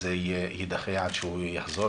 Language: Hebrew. אז זה יידחה עד שהוא יחזור.